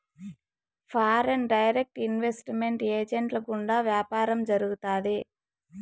foreign direct investment ఏజెంట్ల గుండా వ్యాపారం జరుగుతాది